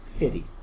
pity